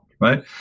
right